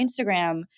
Instagram